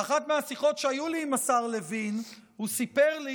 באחת מהשיחות שהיו לי עם השר לוין הוא סיפר לי